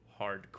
hardcore